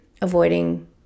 avoiding